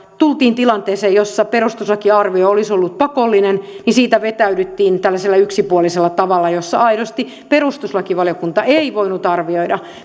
tultiin tilanteeseen jossa perustuslakiarvio olisi ollut pakollinen mutta siitä vetäydyttiin tällaisella yksipuolisella tavalla jossa aidosti perustuslakivaliokunta ei voinut arvioida